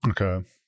okay